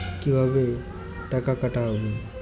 কিভাবে টাকা কাটা হবে?